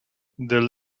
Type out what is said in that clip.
the